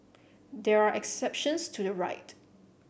there are exceptions to the right